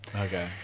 Okay